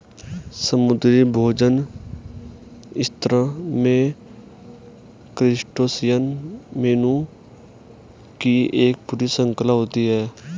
समुद्री भोजन रेस्तरां में क्रस्टेशियन मेनू की एक पूरी श्रृंखला होती है